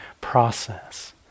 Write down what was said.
process